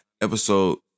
episode